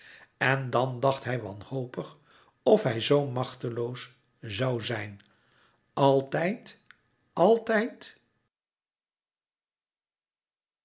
en dan dacht hij wanhopig of hij zoo machteloos zoû zijn altijd altijd